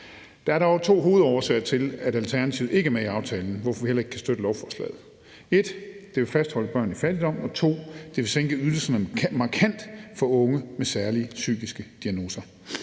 Der er dog to hovedårsager til, at Alternativet ikke er med i aftalen, og hvorfor vi heller ikke kan støtte lovforslaget: 1) at det vil fastholde børn i fattigdom, og 2) at det vil sænke ydelsen markant for unge med særlige psykiske diagnoser.